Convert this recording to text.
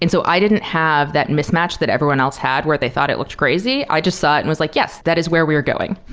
and so i didn't have that mismatch that everyone else had where they thought it looked crazy. i just thought it and was like, yes, that is where we are going.